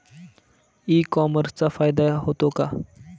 E कॉमर्सचा फायदा होतो का?